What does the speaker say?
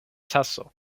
taso